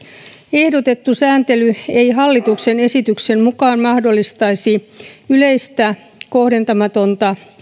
ehdotettu sääntely ei hallituksen esityksen mukaan mahdollistaisi yleistä kohdentamatonta